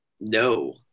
no